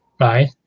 right